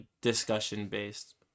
discussion-based